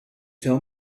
tell